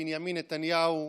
בנימין נתניהו,